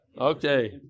Okay